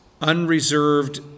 unreserved